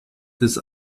des